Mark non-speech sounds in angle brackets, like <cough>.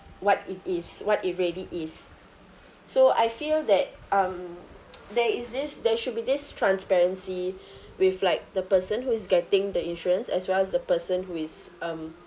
what it is what it really is so I feel that um <noise> there is this there should be this transparency <breath> with like the person who is getting the insurance as well as the person who is um